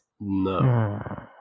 No